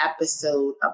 episode